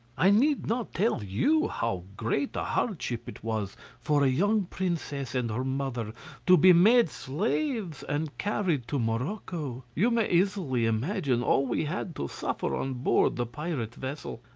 i need not tell you how great a hardship it was for a young princess and her mother to be made slaves and carried to morocco. you may easily imagine all we had to suffer on board the pirate vessel.